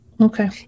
Okay